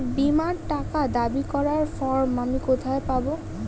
বীমার টাকা দাবি করার ফর্ম আমি কোথায় পাব?